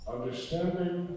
Understanding